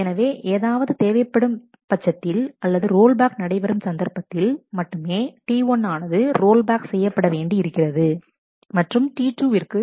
எனவே ஏதாவது தேவை ஏற்படும் பட்சத்தில் அல்லது ரோல்பேக் நடைபெறும் சந்தர்ப்பத்தில் மட்டுமே T1 ஆனது ரோல் பேக் செய்யப்பட வேண்டியிருக்கிறது மற்றும் T2 விற்கு